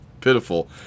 pitiful